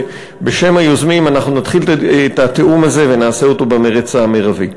ובשם היוזמים נתחיל את התיאום הזה ונעשה אותו במרץ המרבי.